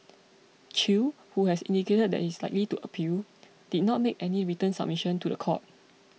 Chew who has indicated that he is likely to appeal did not make any written submission to the court